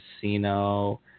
casino